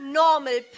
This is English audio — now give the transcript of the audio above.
normal